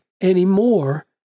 anymore